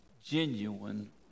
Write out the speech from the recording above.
Genuine